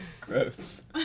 Gross